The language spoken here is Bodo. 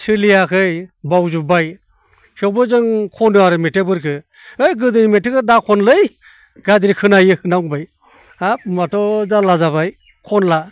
सोलियाखै बावजोब्बाय थेवबो जों खनो आरो मेथाइफोरखौ है गोदोनि मेथाइखौ दाखनलै गाज्रि खोनायो होनना बुंबाय हाब होनबाथ' जाल्ला जाबाय खनला